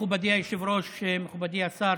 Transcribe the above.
מכובדי היושב-ראש, מכובדי השר,